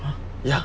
ya